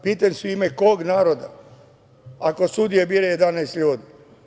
Pitam se – u ime kog naroda ako sudije bira 11 ljudi?